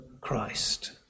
Christ